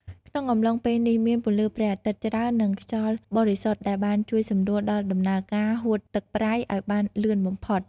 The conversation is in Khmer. ក្នុងអំឡុងពេលនេះ មានពន្លឺព្រះអាទិត្យច្រើននិងខ្យល់បរិសុទ្ធដែលបានជួយសម្រួលដល់ដំណើរការហួតទឹកប្រៃឲ្យបានលឿនបំផុត។